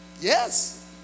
Yes